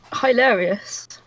Hilarious